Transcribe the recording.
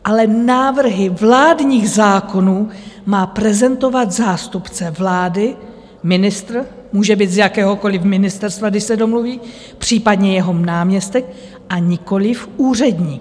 Ale návrhy vládních zákonů má prezentovat zástupce vlády, ministr může být z jakéhokoliv ministerstva, když se domluví, případně jeho náměstek, a nikoliv úředník.